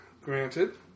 Granted